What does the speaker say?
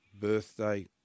birthday